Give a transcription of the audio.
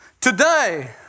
Today